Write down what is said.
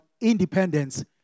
independence